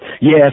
Yes